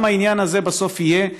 גם העניין הזה בסוף יהיה,